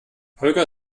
holger